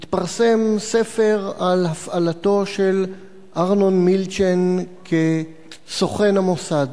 התפרסם ספר על הפעלתו של ארנון מילצ'ן כסוכן המוסד,